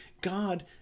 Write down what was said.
God